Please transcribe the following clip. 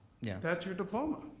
yeah that's your diploma.